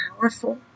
powerful